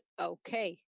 okay